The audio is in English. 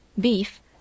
Beef